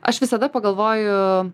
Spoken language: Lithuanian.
aš visada pagalvoju